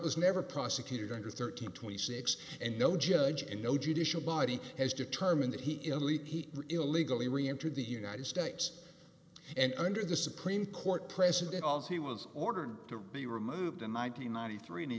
client was never prosecuted under thirteen twenty six and no judge and no judicial body has determined that he elite he illegally reentered the united states and under the supreme court precedent at all he was ordered to be removed and ninety ninety three and he